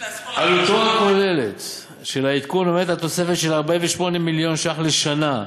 עלותו הכוללת של העדכון עומדת על תוספת של 48 מיליון שקל לשנה,